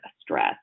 stress